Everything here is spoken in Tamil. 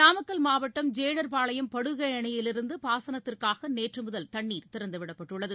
நாமக்கல் மாவட்டம் ஜேடர்பாளையம் படுகைஅணையிலிருந்துபாசனத்திற்காகநேற்றுமுதல் தண்ணீர் திறந்துவிடப்பட்டுள்ளது